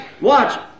watch